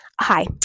hi